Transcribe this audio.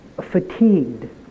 fatigued